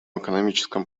экономическом